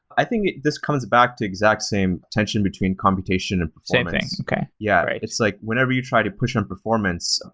i think this comes back to exact same tension between computation and performance same thing. okay. yeah right it's like whenever you try to push on performance,